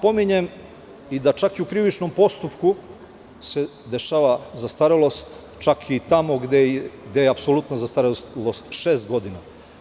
Pominjem i, da čak i u krivičnom postupku se dešava zastarelost čak i tamo gde je apsolutna zastarelost šest godina.